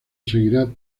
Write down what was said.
seguirá